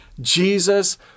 Jesus